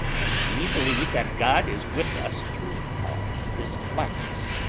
and we believe that god is with us through all this blackness,